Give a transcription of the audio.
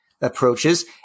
approaches